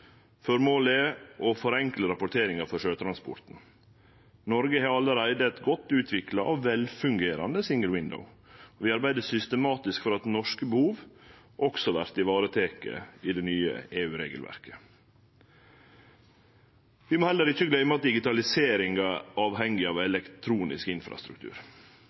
er å forenkle rapporteringa for sjøtransporten. Noreg har allereie eit godt utvikla og velfungerande Single Window. Vi arbeider systematisk for at norske behov også vert varetekne i det nye EU-regelverket. Vi må heller ikkje gløyme at digitaliseringa er avhengig av elektronisk infrastruktur.